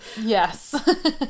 yes